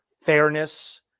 fairness